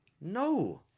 No